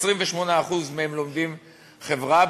28% מהם לומדים חברה,